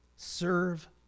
Serve